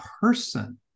person